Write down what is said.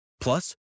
Plus